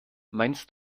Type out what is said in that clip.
meinst